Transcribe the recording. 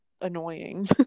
annoying